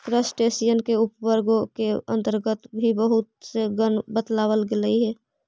crustacean के उपवर्गों के अन्तर्गत भी बहुत से गण बतलावल गेलइ हे